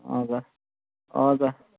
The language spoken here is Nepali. हजुर हजुर